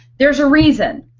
there's a reason.